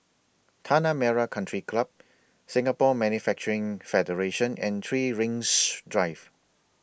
Tanah Merah Country Club Singapore Manufacturing Federation and three Rings Drive